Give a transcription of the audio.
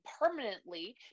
permanently